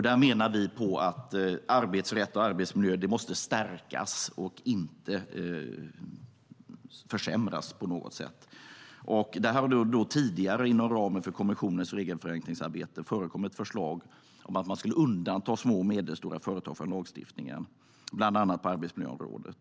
Där menar vi att arbetsrätt och arbetsmiljö måste stärkas, inte försämras på något sätt. Det har inom ramen för kommissionens regelförenklingsarbete tidigare förekommit förslag om att man skulle undanta små och medelstora företag från lagstiftningen, bland annat på arbetsmiljöområdet.